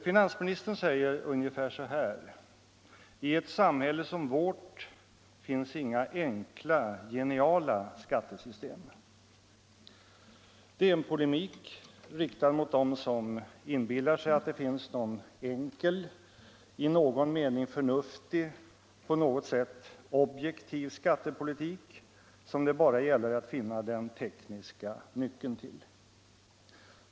Finansministern säger ungefär så här: ”I ett samhälle som vårt finns inga enkla geniala skattesystem.” Det är en polemik riktad mot dem som inbillar sig att det finns någon enkel, i någon mening förnuftig, på något sätt objektiv skattepolitik som det bara gäller att hitta den tekniska nyckeln till.